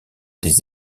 des